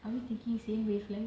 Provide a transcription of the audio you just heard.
are we thinking same wavelength